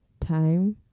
time